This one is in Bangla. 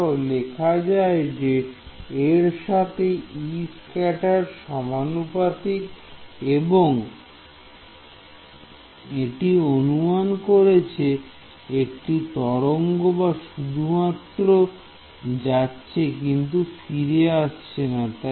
ধরো লেখা যায় যে এর সাথে বিচ্ছুরিত ফিল্ড scattered field Escattered সমানুপাতিক এবং এবি অনুমান করছে একটি তরঙ্গ যা শুধুমাত্র যাচ্ছে কিন্তু ফিরে আসছে না